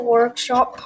Workshop